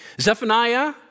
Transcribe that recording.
Zephaniah